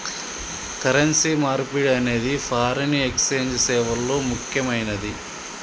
currency మార్పిడి అనేది foreign exchange సేవల్లో ముక్కెమైనది